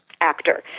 actor